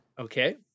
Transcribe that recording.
okay